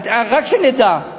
רק שנדע.